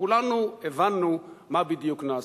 כולנו הבנו מה בדיוק נעשה.